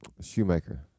Shoemaker